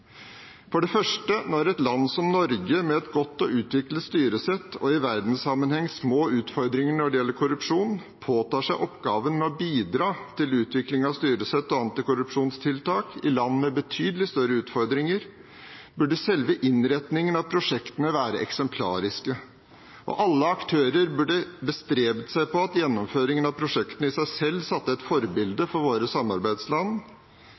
For det første, når et land som Norge, med et godt og utviklet styresett og i verdenssammenheng små utfordringer når det gjelder korrupsjon, påtar seg oppgaven med å bidra til utvikling av styresett og antikorrupsjonstiltak i land med betydelig større utfordringer, burde selve innretningen av prosjektene være eksemplariske, og alle aktører burde bestrebet seg på at gjennomføringen av prosjektene i seg selv satte et forbilde for våre samarbeidsland